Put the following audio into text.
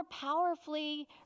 powerfully